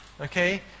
okay